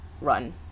run